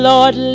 Lord